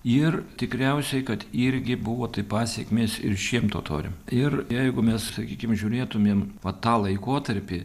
ir tikriausiai kad irgi buvo tai pasekmės ir šiem totoriam ir jeigu mes sakykim žiūrėtumėm va tą laikotarpį